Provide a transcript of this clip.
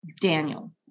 Daniel